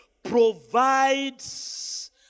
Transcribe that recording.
provides